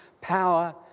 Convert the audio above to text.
power